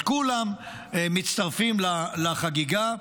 אז כולם מצטרפים לחגיגה,